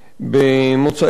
בבקשה.